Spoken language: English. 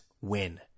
win